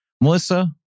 Melissa